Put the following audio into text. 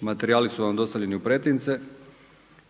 Materijali su vam dostavljeni u pretince.